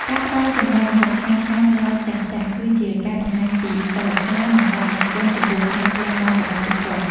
ការផ្តល់ចំណែកម្ហូបឆ្ងាញ់ៗដល់ចាស់ៗ គឺជាការបង្ហាញពីសីលធម៌ និងការដឹងគុណចំពោះការលះបង់របស់ពួកគាត់។